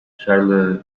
charles